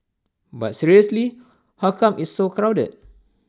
but seriously how come it's so crowded